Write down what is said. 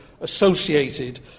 associated